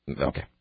okay